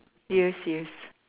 yes yes